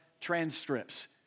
transcripts